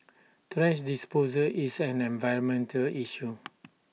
thrash disposal is an environmental issue